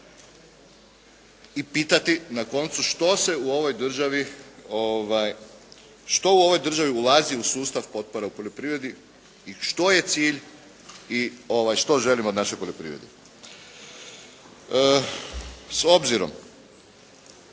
I pitati na koncu što u ovoj državi ulazi u sustav potpora u poljoprivredi i što je cilj i što želimo od naše poljoprivrede. S obzirom